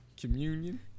Communion